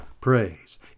praise